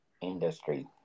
industry